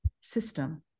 system